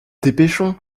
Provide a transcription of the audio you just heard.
dépêchons